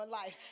life